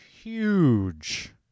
Huge